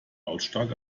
lautstark